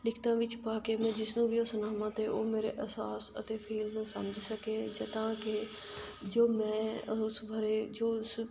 ਲਿਖਤਾਂ ਵਿੱਚ ਪਾ ਕੇ ਮੈਂ ਜਿਸ ਨੂੰ ਵੀ ਉਹ ਸੁਣਾਵਾਂ ਅਤੇ ਉਹ ਮੇਰੇ ਅਹਿਸਾਸ ਅਤੇ ਫੀਲ ਨੂੰ ਸਮਝ ਸਕੇ ਜਿੱਦਾਂ ਕਿ ਜੋ ਮੈਂ ਉਸ ਬਾਰੇ ਜੋ ਉਸ